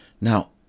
Now